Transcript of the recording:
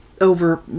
over